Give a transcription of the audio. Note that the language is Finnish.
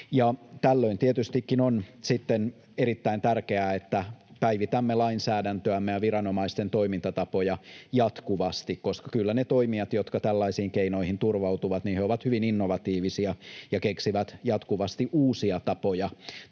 Tällöin tietystikin on sitten erittäin tärkeää, että päivitämme lainsäädäntöämme ja viranomaisten toimintatapoja jatkuvasti, koska kyllä ne toimijat, jotka tällaisiin keinoihin turvautuvat, ovat hyvin innovatiivisia ja keksivät jatkuvasti uusia tapoja toteuttaa